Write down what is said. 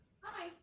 Hi